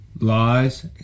lies